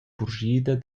purschida